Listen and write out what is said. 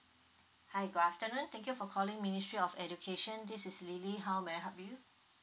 hi good afternoon thank you for calling ministry of education this is lily how may I help you